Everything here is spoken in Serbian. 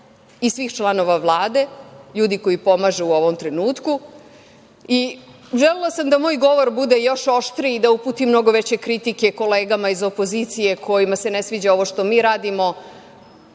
i svih članova Vlade, ljudi koji pomažu u ovom trenutku. Želela sam da moj govor bude još oštriji, da uputim mnogo veće kritike kolegama iz opozicije kojima se ne sviđa ovo što mi radimo,